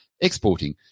exporting